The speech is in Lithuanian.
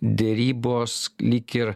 derybos lyg ir